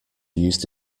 used